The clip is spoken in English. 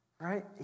Right